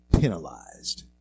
penalized